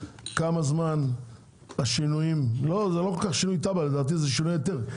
לדעתי זה לא שינוי תב"ע אלא שינויי היתר.